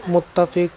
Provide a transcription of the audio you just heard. متفق